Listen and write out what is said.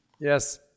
Yes